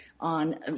on